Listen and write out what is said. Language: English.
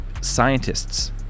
scientists